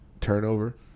turnover